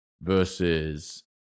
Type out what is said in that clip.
versus